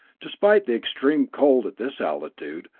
despite the extreme cold at this altitude,